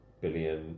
Billion